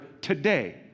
today